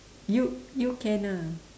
you you can ah